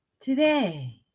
today